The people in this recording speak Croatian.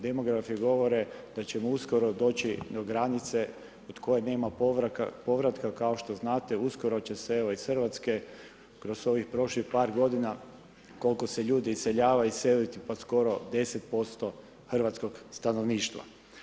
Demografi govore da ćemo uskoro doći do granice od koje nema povratka, kao što zanate, uskoro će se, evo iz RH, kroz ovih prošlih par godina, koliko ljudi iseljavaju, iseliti, pa skoro 10% hrvatskog stanovništva.